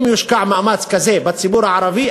אם יושקע מאמץ כזה בציבור הערבי,